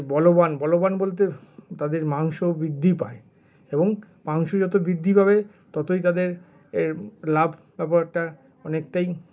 বলবান বলবান বলতে তাদের মাংস বৃদ্ধি পায় এবং মাংস যতো বৃদ্ধি পাবে ততোই তাদের এ লাভ ব্যাপারটা অনেকটাই